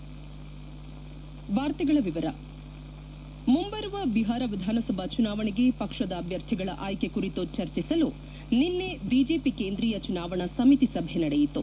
head ಮುಂಬರುವ ಬಿಹಾರ ವಿಧಾನಸಭಾ ಚುನಾವಣೆಗೆ ಪಕ್ಷದ ಅಭ್ಯರ್ಥಿಗಳ ಆಯ್ಲೆ ಕುರಿತು ಚರ್ಚಿಸಲು ನಿನ್ನೆ ಬಿಜೆಪಿ ಕೇಂದ್ರಿಯ ಚುನಾವಣಾ ಸಮಿತಿ ಸಭೆ ನಡೆಯಿತು